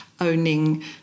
owning